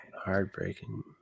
heartbreaking